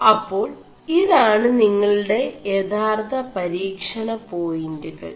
അേçാൾ ഇതാണ് നിÆളgെട യഥാർø പരീ ണ േപായിൻറ്കൾ